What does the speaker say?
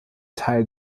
teil